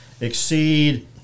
exceed